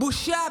בושה.